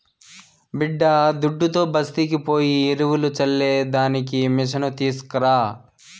బిడ్డాదుడ్డుతో బస్తీకి పోయి ఎరువులు చల్లే దానికి మిసను తీస్కరా